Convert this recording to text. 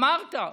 אמרת.